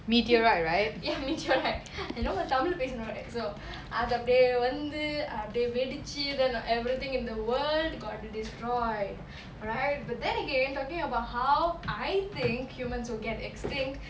ya meteorite I know நம்ம:namma tamil lah பேசனு:pesanu right so அது அப்டியே வந்து அப்டியே வெடிச்சி:athu apdiye vanthu apdiye vedichi then oh everything in the world got destroyed alright but then again talking about how I think humans will get extinct